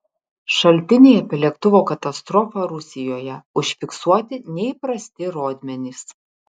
šaltiniai apie lėktuvo katastrofą rusijoje užfiksuoti neįprasti rodmenys